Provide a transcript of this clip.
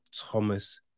Thomas